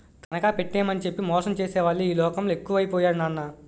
తనఖా పెట్టేమని చెప్పి మోసం చేసేవాళ్ళే ఈ లోకంలో ఎక్కువై పోయారు నాన్నా